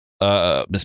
Miss